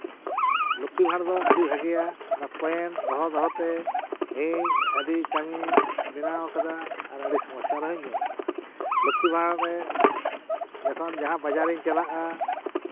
ᱞᱚᱠᱠᱷᱤ ᱵᱷᱟᱬ ᱫᱚ ᱟᱹᱰᱤ ᱵᱷᱟᱹᱜᱤᱭᱟ ᱚᱱᱟ ᱠᱚᱭᱮᱱ ᱫᱚᱦᱚ ᱫᱚᱦᱚᱛᱮ ᱤᱧ ᱟᱹᱰᱤ ᱠᱟᱹᱢᱤᱧ ᱵᱮᱱᱟᱣ ᱠᱟᱫᱟ ᱟᱨ ᱟᱹᱰᱤ ᱥᱚᱢᱚᱥᱥᱟ ᱨᱮᱦᱚᱧ ᱧᱩᱨ ᱠᱟᱱᱟ ᱞᱚᱠᱠᱷᱤ ᱵᱷᱟᱬᱨᱮ ᱡᱚᱠᱷᱚᱱ ᱡᱟᱦᱟᱸ ᱵᱟᱡᱟᱨᱤᱧ ᱪᱟᱞᱟᱜᱼᱟ